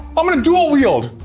i'm gonna dual wield!